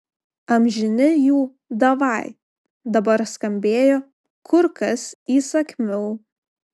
amžini jų davai dabar skambėjo kur kas įsakmiau